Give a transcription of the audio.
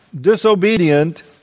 disobedient